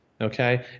okay